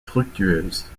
fructueuse